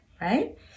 right